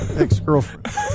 ex-girlfriend